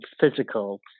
physical